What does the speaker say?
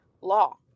law